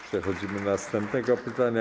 Przechodzimy do następnego pytania.